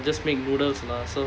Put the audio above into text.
just make noodles lah so